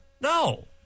No